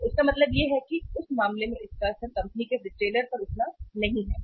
तो इसका मतलब यह है कि उस मामले में इसका असर कंपनी के रिटेलर पर उतना नहीं है